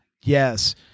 Yes